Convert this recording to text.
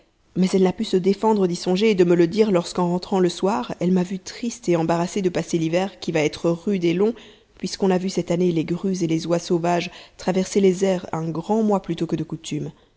mais elle n'a pu se défendre d'y songer et de me le dire lorsqu'en rentrant le soir elle m'a vue triste et embarrassée de passer l'hiver qui va être rude et long puisqu'on a vu cette année les grues et les oies sauvages traverser les airs un grand mois plus tôt que de coutume